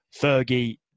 Fergie